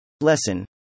Lesson